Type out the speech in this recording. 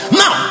now